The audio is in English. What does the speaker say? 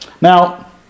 Now